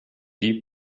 die